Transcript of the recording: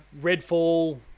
Redfall